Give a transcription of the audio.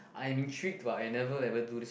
I'm intrigued but I never ever do this